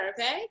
okay